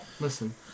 Listen